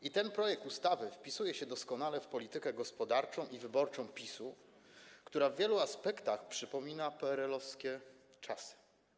I ten projekt ustawy wpisuje się doskonale w politykę gospodarczą i wyborczą PiS, która w wielu aspektach przypomina PRL-owskie czasy.